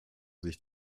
sich